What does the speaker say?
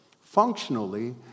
Functionally